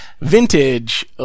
Vintage